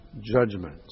judgment